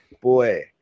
boy